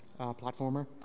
platformer